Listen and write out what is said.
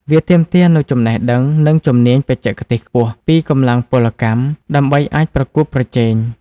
វាទាមទារនូវចំណេះដឹង និងជំនាញបច្ចេកទេសខ្ពស់ ពីកម្លាំងពលកម្ម ដើម្បីអាចប្រកួតប្រជែង។